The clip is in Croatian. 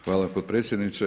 Hvala potpredsjedniče.